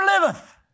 liveth